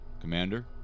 Commander